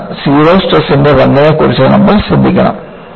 അതിനാൽ സീറോ സ്ട്രെസിന്റെ പങ്കിനെക്കുറിച്ച് നമ്മൾ ശ്രദ്ധിക്കണം